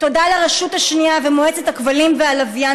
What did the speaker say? תודה לרשות השנייה ולמועצת הכבלים והלוויין.